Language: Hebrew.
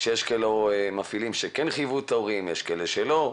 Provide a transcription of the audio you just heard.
שיש מפעילים שכן חייבו את ההורים ויש כאלה שלא.